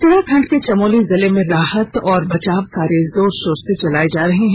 उत्तराखंड के चमोली जिले में राहत और बचाव कार्य जोर शोर से चलाए जा रहे हैं